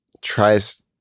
tries